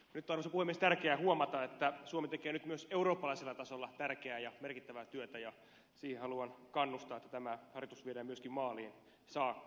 nyt on arvoisa puhemies tärkeä huomata että suomi tekee nyt myös eurooppalaisella tasolla tärkeää ja merkittävää työtä ja siihen haluan kannustaa että tämä harjoitus viedään myöskin maaliin saakka